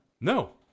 No